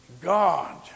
God